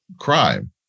crime